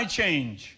change